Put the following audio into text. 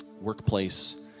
workplace